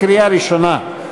קריאה ראשונה.